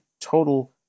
total